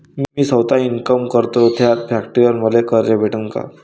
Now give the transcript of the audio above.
मी सौता इनकाम करतो थ्या फॅक्टरीवर मले कर्ज भेटन का?